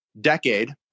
decade